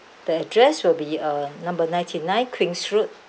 the address will be uh number ninety nine kings route